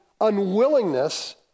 unwillingness